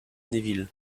neville